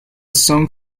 song